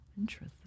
interesting